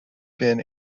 been